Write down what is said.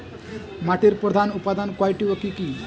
মাটির প্রধান উপাদান কয়টি ও কি কি?